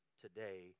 today